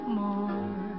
more